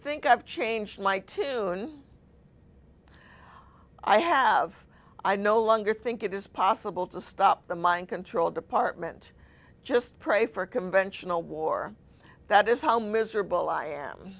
think i've changed my tune i have i no longer think it is possible to stop the mind control department just pray for conventional war that is how miserable i am